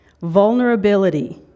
vulnerability